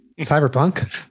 cyberpunk